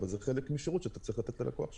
אבל הוא חלק מהשירות שאתה צריך לתת ללקוח שלך.